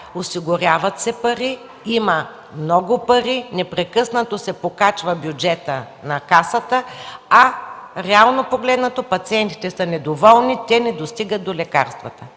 осигуряват се пари; има много пари; непрекъснато се покачва бюджетът на Касата, а реално погледнато, пациентите са недоволни, те не достигат до лекарствата.